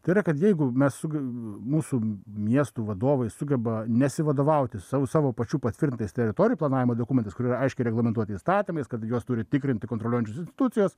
tai yra kad jeigu mes su mūsų miestų vadovai sugeba nesivadovauti sau savo pačių patvirtintais teritorijų planavimo dokumentas kurie aiškiai reglamentuoti įstatymais kad juos turi tikrinti kontroliuojančios institucijos